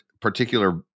particular